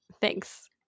Thanks